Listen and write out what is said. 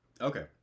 Okay